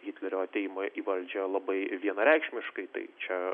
hitlerio atėjimą į valdžią labai vienareikšmiškai tai čia